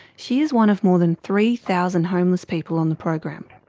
she is one of more than three thousand homeless people on the program.